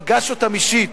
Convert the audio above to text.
פגש אותן אישית.